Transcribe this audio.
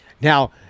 Now